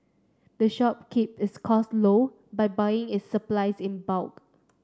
the shop keep its costs low by buying its supplies in bulk